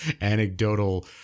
anecdotal